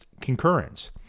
concurrence